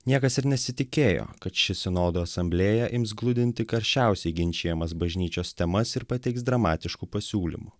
niekas ir nesitikėjo kad ši sinodo asamblėja ims gludinti karščiausiai ginčijamas bažnyčios temas ir pateiks dramatiškų pasiūlymų